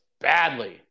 badly